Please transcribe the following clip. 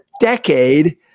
decade